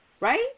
right